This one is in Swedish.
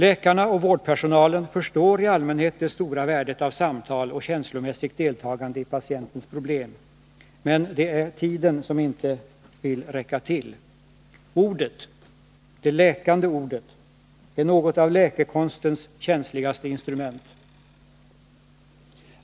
Läkarna och vårdpersonalen förstår i allmänhet det stora värdet av samtal och känslomässigt deltagande i patientens problem — men det är tiden som inte vill räcka till. Ordet — ”det läkande ordet” — är något av läkekonstens känsligaste instrument.